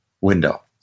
window